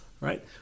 right